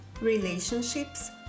relationships